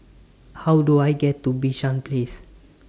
How Do I get to Bishan Place